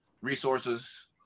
resources